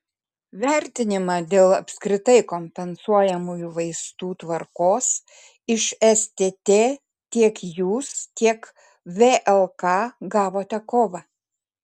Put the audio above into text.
vertinimą dėl apskritai kompensuojamųjų vaistų tvarkos iš stt tiek jūs tiek vlk gavote kovą